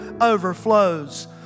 overflows